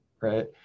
Right